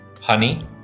Honey